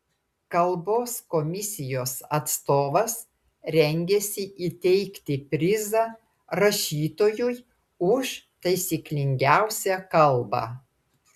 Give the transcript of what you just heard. kalbos komisijos atstovas rengiasi įteikti prizą rašytojui už taisyklingiausią kalbą